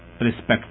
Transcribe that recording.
respect